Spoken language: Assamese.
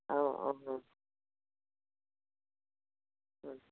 অঁ অঁ অঁ